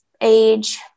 age